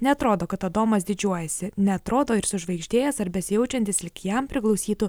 neatrodo kad adomas didžiuojasi neatrodo ir sužvaigždėjęs ar besijaučiantis lyg jam priklausytų